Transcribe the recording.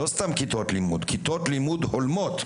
לא סתם כיתות לימוד אלא כיתות לימוד הולמות.